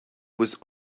was